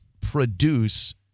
produce